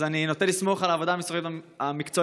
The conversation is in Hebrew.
אני נוטה לסמוך על העבודה המקצועית במשרד,